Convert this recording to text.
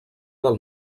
del